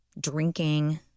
drinking